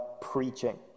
preaching